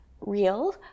real